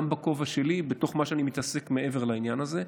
גם בכובע שלי בתוך מה שאני מתעסק מעבר לעניין הזה,